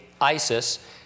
isis